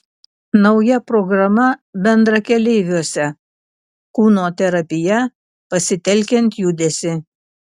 nauja programa bendrakeleiviuose kūno terapija pasitelkiant judesį